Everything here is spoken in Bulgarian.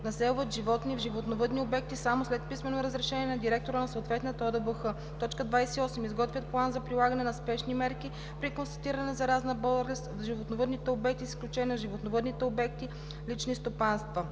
населват животни в животновъдни обекти само след писмено разрешение на директора на съответната ОДБХ; 28. изготвят план за прилагане на спешни мерки при констатиране на заразна болест в животновъдните обекти с изключение на животновъдните обекти – лични стопанства.“